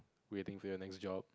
waiting for your next job